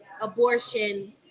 abortion